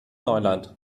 neuland